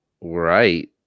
Right